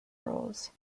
rolls